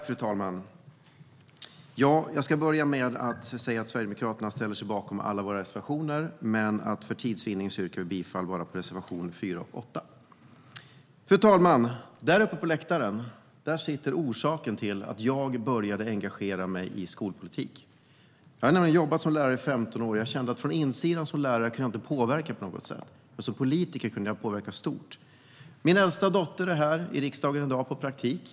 Fru talman! Jag ska börja med att säga att Sverigedemokraterna ställer oss bakom alla våra reservationer, men för tids vinnande yrkar vi bifall bara till reservation 4 och 8. Fru talman! Där uppe på läktaren sitter orsaken till att jag började engagera mig i skolpolitik. Jag har nämligen jobbat som lärare i 15 år, och jag kände att från insidan, som lärare, kan jag inte påverka på något sätt. Men som politiker kunde jag påverka stort. Min äldsta dotter är här i riksdagen på praktik.